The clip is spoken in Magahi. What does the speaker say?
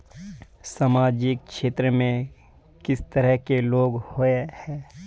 सामाजिक क्षेत्र में किस तरह के लोग हिये है?